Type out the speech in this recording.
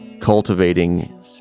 cultivating